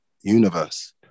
universe